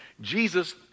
Jesus